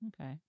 Okay